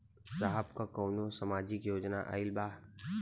साहब का कौनो सामाजिक योजना आईल बा?